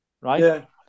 Right